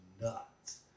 nuts